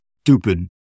stupid